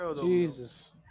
Jesus